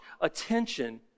attention